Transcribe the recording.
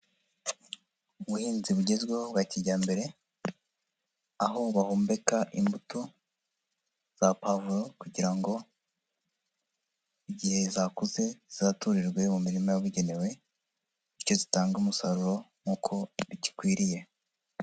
Ubuhinzi bugezweho bwa kijyambere, aho bahumbeka imbuto za pavuro, kugira ngo igihe zakuze zaturirwe mu mirima yabugenewe, bityo zitange umusaruro nk'uko bigikwiriye.